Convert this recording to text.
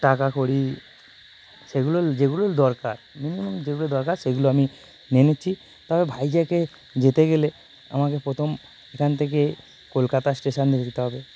টাকাকড়ি সেগুলো যেগুলো দরকার যেগুলো দরকার সেগুলো আমি নিয়ে নিচ্ছি তবে ভাইজ্যাগে যেতে গেলে আমাকে প্রথম এখান থেকে কলকাতা স্টেশন থেকে যেতে হবে